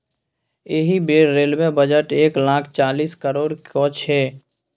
एहि बेर railway budget एक लाख चालीस करोड़क छै